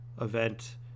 event